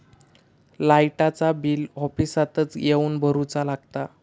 लाईटाचा बिल ऑफिसातच येवन भरुचा लागता?